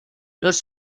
los